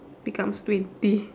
becomes twenty